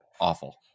awful